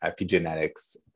epigenetics